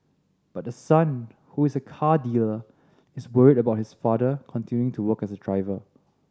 but the son who is a car dealer is worried about his father continuing to work as a driver